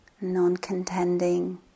non-contending